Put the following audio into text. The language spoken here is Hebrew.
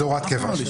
זאת הוראת קבע.